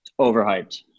overhyped